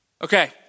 Okay